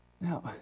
Now